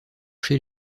chez